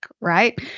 right